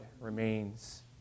remains